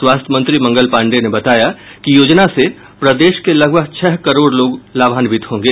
स्वास्थ्य मंत्री मंगल पाण्डेय ने बताया कि योजना से प्रदेश के लगभग छह करोड़ लोग लाभान्वित होंगे